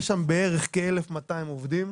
יש שם בערך כ-1,200 עובדים.